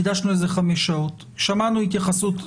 הקדשנו לזה חמש שעות ושמענו התייחסות.